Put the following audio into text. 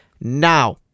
Now